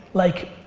like,